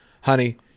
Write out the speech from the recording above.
honey